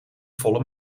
volle